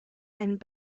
and